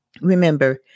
Remember